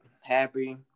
happy